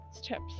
steps